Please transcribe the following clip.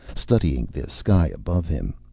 studying the sky above him.